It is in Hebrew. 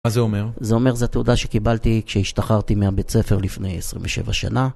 מה זה אומר? זה אומר זה תעודה שקיבלתי כשהשתחררתי מהבית ספר לפני 27 שנה.